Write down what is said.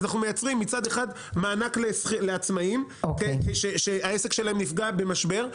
ואז אנחנו מצד אחד מייצרים מענק לעצמאים שהעסק שלהם נפגע במשבר,